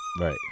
right